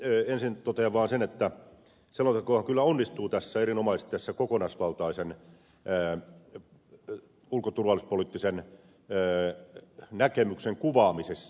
ensin totean vaan sen että selontekohan kyllä onnistuu erinomaisesti tämän kokonaisvaltaisen ulko ja turvallisuuspoliittisen näkemyksen kuvaamisessa